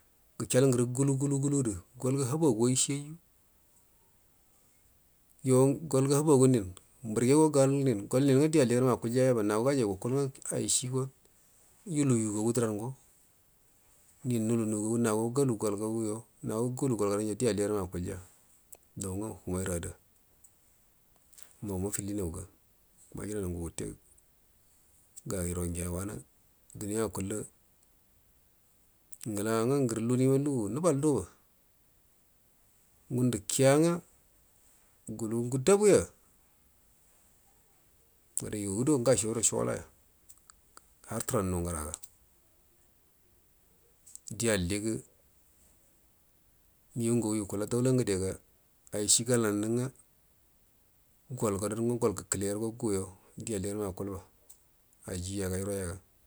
Gushal ngorə galu galudu golgu habagu wai shiyayu go golgu habagu uiu mbirgego gol uiu gol uin uga di alliganma akullyaba nago gajar gukul ug eushigo yula yu gagu durango nin nidu nugagu nago gata gol gagu mago galu gol gada wo di alliganma akilya dan nga wamairu ada mau mafilinanga majinanan nga gute gairo nga wabu duniya akillu ngla nga ngaru lunima lugit nubal aloba ngandu kiya nga gala ugu daluya re yudo ugashodo shugoloya harturannu ngraga do elligu migau ngagu gukala daula ngudega aishi golanunu nga gol gadan nga gol gəkəlero guyo di elligaro ma akuba ajiya gairo yaga.